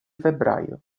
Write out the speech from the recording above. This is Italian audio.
febbraio